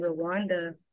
Rwanda